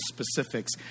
specifics